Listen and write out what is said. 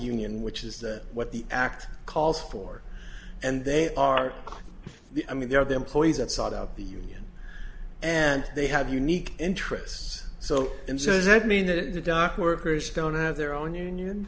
union which is that what the act calls for and they are i mean they are the employees that sought out the union and they have unique interests so and so does it mean that the dock workers don't have their own union